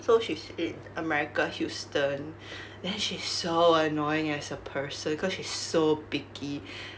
so she's in america houston then she's so annoying as a person cause she's so picky